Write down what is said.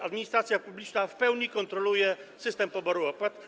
Administracja publiczna w pełni kontroluje system poboru opłat.